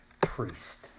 priest